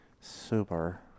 Super